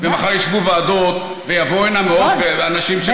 ומחר ישבו ועדות ויבואו הנה אנשים שרצו להיפגש.